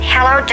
Hello